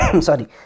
Sorry